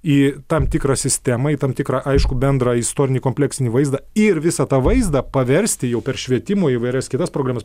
į tam tikrą sistemą į tam tikrą aiškų bendrą istorinį kompleksinį vaizdą ir visą tą vaizdą paversti jau per švietimo įvairias kitas programas